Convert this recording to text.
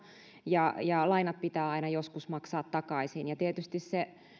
ja ja lainat pitää aina maksaa joskus takaisin ja tietysti